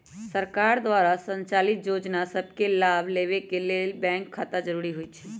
सरकार द्वारा संचालित जोजना सभके लाभ लेबेके के लेल बैंक खता जरूरी होइ छइ